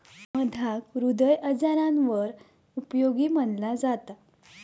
मधाक हृदय आजारांवर उपयोगी मनाला जाता